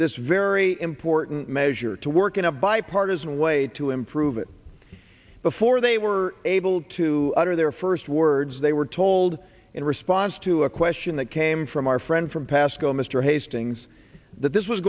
this very important measure to work in a bipartisan way to improve it before they were able to utter their first words they were told in response to a question that came from our friend from pascoe mr hastings that this was